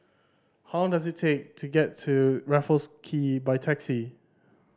how long does it take to get to Raffles Quay by taxi